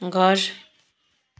घर